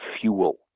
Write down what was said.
fuel